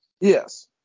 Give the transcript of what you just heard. Yes